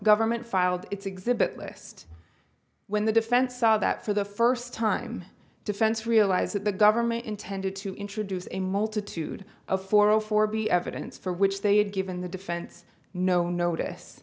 government filed its exhibit list when the defense saw that for the first time defense realized that the government intended to introduce a multitude of four o four b evidence for which they had given the defense no notice